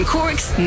Cork's